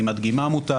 אם הדגימה מוטה